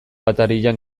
atarian